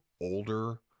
older